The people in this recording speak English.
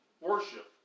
worship